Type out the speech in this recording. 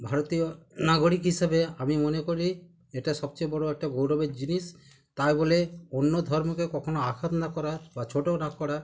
ভারতীয় নাগরিক হিসাবে আমি মনে করি এটা সবচেয়ে বড়ো একটা গৌরবের জিনিস তাই বলে অন্য ধর্মকে কখনও আঘাত না করা বা ছোটো না করা